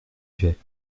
vais